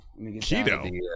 Keto